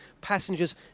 passengers